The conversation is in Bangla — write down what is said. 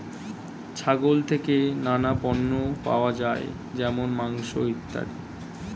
ছাগল থেকে নানা পণ্য পাওয়া যায় যেমন মাংস, ইত্যাদি